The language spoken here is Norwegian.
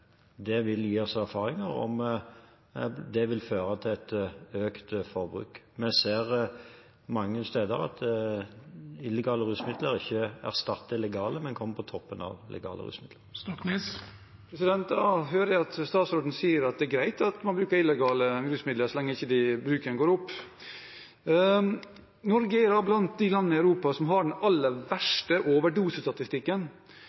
Det vil gi oss erfaringer om hvorvidt det vil føre til et økt forbruk. Vi ser mange steder at illegale rusmidler ikke erstatter de legale, men kommer på toppen av legale rusmidler. Da hører jeg at statsråden sier at det er greit at man bruker illegale rusmidler så lenge ikke bruken går opp. Norge er blant de landene i Europa som har den aller